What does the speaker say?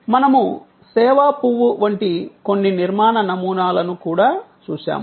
మనము సేవా పువ్వు వంటి కొన్ని నిర్మాణ నమూనాలను కూడా చూశాము